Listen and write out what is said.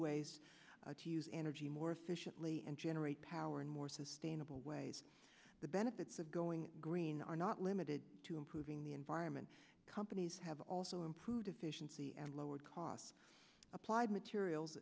use energy more efficiently and generate power and more sustainable ways the benefits of going green are not limited to improving the environment companies have also improved efficiency and lower cost applied materials